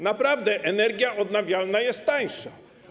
Naprawdę energia odnawialna jest tańsza.